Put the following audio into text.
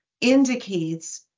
indicates